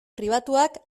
pribatuak